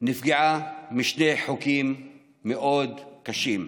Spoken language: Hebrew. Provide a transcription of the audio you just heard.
נפגעה משני חוקים מאוד קשים.